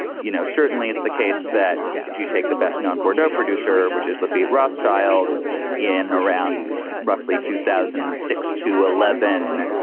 you know, certainly it's the case that if you take the best known bordeaux producer, which is lafitte rothschild in around roughly two thousand six to eleven,